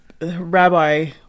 Rabbi